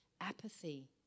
Apathy